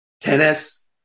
tennis